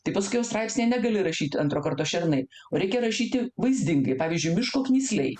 tai paskiau straipsnyje negali rašyti antro karto šernai o reikia rašyti vaizdingai pavyzdžiui miško knysliai